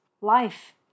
life